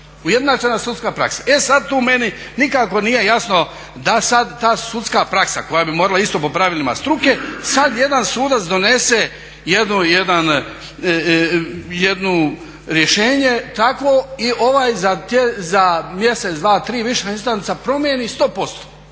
ujednačena sudska praksa. E sad tu meni nikako nije jasno da sad ta sudska praksa koja bi morala isto po pravilima struke, sad jedan sudac donese jedno rješenje takvo i ovaj za mjesec, dva, tri … promijeni 100%.